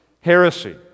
heresy